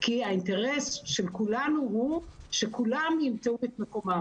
כי האינטרס של כולנו הוא שכולם ימצאו את מקומם,